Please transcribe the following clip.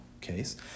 case